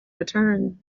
return